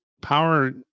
power